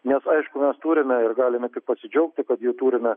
nes aišku mes turime ir galime pasidžiaugti kad jų turime